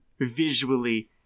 visually